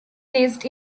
placed